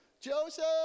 Joseph